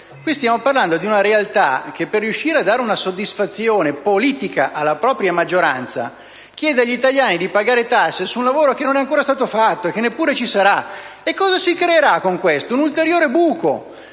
stiamo parlando di una realtà in cui per riuscire a dare una soddisfazione politica alla propria maggioranza si chiede agli italiani di pagare tasse sul lavoro che non è stato ancora fatto e che neppure ci sarà. Cosa si creerà con questo? Un ulteriore buco!